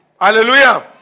Hallelujah